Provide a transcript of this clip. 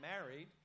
married